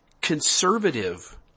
conservative